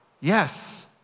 Yes